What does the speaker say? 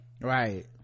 right